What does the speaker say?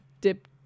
dip